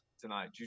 tonight